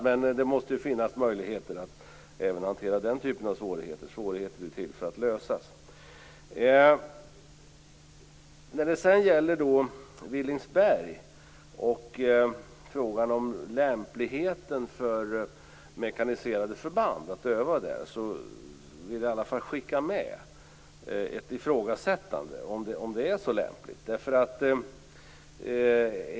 Men det måste finnas möjlighet att hantera även den typen av svårigheter. Problem är till för att lösas. I frågan om det lämpliga i att mekaniserade förband övar i Villingsberg vill jag ifrågasätta om det verkligen är så lämpligt.